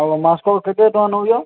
ଓହୋ ମାସ୍କ କେତେ ଟଙ୍କା ନେଉଛ